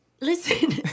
listen